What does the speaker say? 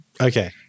Okay